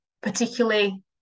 particularly